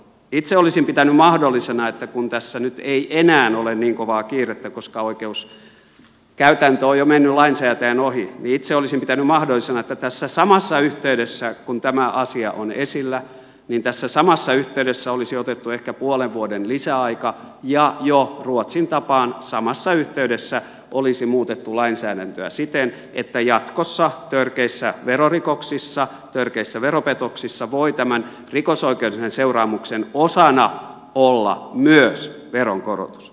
itse olisin pitänyt mahdollisena kun tässä nyt ei enää ole niin kovaa kiirettä koska oikeuskäytäntö on jo mennyt lainsäätäjän ohi että tässä samassa yhteydessä kun tämä asia on esillä olisi otettu ehkä puolen vuoden lisäaika ja ruotsin tapaan samassa yhteydessä olisi muutettu lainsäädäntöä siten että jatkossa törkeissä verorikoksissa törkeissä veropetoksissa voi tämän rikosoikeudellisen seuraamuksen osana olla myös veronkorotus